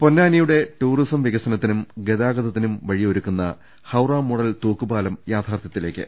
പൊന്നാനിയുടെ tourism വികസനത്തിനും ഗതാഗതത്തിനും വഴിയൊരുക്കുന്ന ഹൌറ മോഡൽ തൂക്കുപാലം യാഥാർഥ്യത്തിലേക്ക്